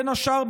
בין השאר,